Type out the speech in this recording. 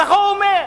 ככה הוא אומר.